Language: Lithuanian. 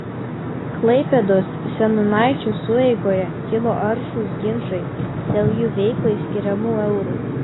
klaipėdos seniūnaičių sueigoje kilo aršūs ginčai dėl jų veiklai skiriamų eurų